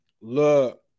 Look